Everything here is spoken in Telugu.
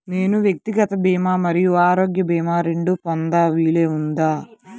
నేను వ్యక్తిగత భీమా మరియు ఆరోగ్య భీమా రెండు పొందే వీలుందా?